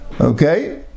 Okay